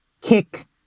kick